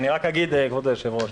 כבוד היושב-ראש,